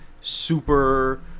super